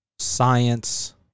Science